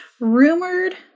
rumored